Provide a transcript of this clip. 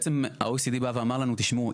בעצם ה-OECD אמרו לנו: תשמעו,